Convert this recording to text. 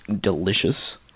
delicious